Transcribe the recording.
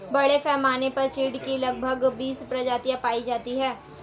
बड़े पैमाने पर चीढ की लगभग बीस प्रजातियां पाई जाती है